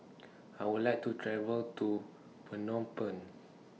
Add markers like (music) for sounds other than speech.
(noise) I Would like to travel to Phnom Penh